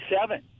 seven